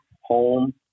home